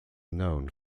known